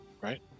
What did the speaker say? Right